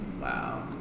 Wow